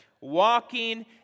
walking